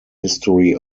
history